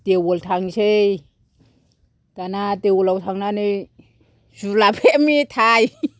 देवल थांसै दाना देवलाव थांनानै जिलाफि मेथाइ